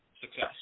success